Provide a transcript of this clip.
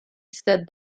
said